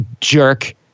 jerk